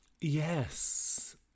Yes